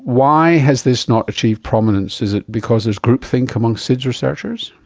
why has this not achieved prominence? is it because there's groupthink amongst sids researchers?